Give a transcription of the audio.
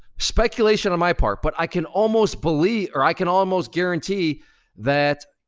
speculation on my part. but i can almost believe, or i can almost guarantee that,